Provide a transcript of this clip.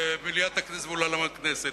למליאת הכנסת ולאולם הכנסת.